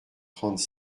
trente